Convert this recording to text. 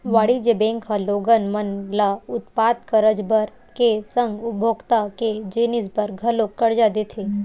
वाणिज्य बेंक ह लोगन मन ल उत्पादक करज बर के संग उपभोक्ता के जिनिस बर घलोक करजा देथे